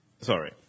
Sorry